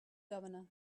governor